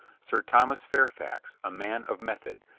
sir thomas fairfax, a man of method,